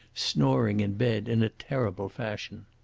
snoring in bed in a terrible fashion.